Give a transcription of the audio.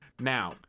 Now